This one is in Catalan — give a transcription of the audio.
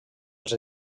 els